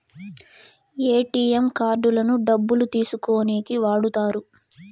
ATM కార్డులను డబ్బులు తీసుకోనీకి వాడుతారు